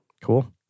Cool